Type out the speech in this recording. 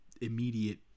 immediate